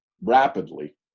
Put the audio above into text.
rapidly